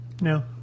No